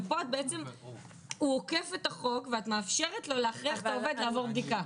ופה הוא עוקף את החוק ואת מאפשרת לו להכריח את העובד לעבור בדיקה.